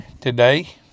today